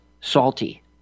salty